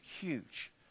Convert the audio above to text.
huge